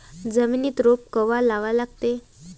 जमिनीत रोप कवा लागा लागते?